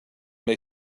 may